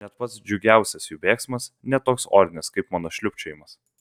net pats džiugiausias jų bėgsmas ne toks orinis kaip mano šlubčiojimas